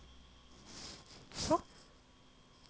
!walao! eh